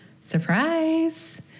Surprise